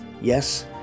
Yes